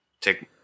take